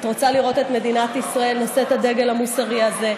את רוצה לראות את מדינת ישראל נושאת הדגל המוסרי הזה.